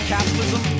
Capitalism